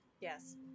yes